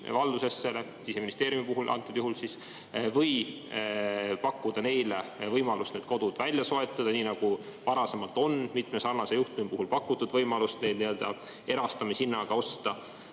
valdusesse, Siseministeeriumi puhul antud juhul, või pakkuda neile võimalust need kodud [endale] soetada, nii nagu varasemalt on mitme sarnase juhtumi puhul pakutud võimalust neid erastamishinnaga osta,